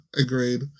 agreed